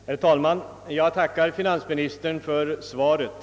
Herr talman! Jag tackar finansministern för svaret.